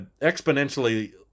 exponentially